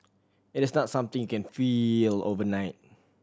it is not something you can feel overnight